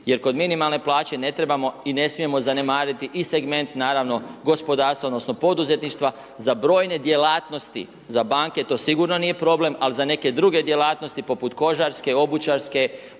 jer kod minimalne plaće ne trebamo i ne smijemo zanemariti i segment naravno gospodarstva, odnosno poduzetništva za brojne djelatnosti, za banke to sigurno nije problem, ali za neke druge djelatnosti poput kožarske, obučarske,